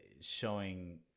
showing